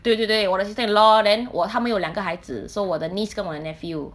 对对对我的 sister-in-law then 我他们有两个孩子 so 我的 niece 跟我的 nephew